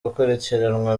gukurikiranwa